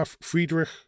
Friedrich